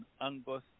Angus